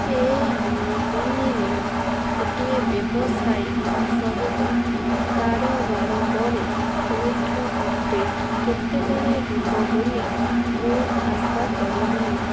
pay' you ମନିରେ ଗୋଟିଏ ବ୍ୟବସାୟୀ ସହିତ କାରବାର ପରେ ପଇଠ ଅପଡ଼େଟ କେତେବେଳେ ହେବ ବୋଲି ମୁଁ ଆଶା କରିବି